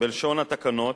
בלשון התקנות,